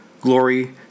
glory